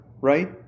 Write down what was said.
right